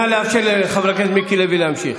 נא לאפשר לחבר הכנסת מיקי לוי להמשיך.